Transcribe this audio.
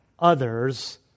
Others